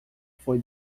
foi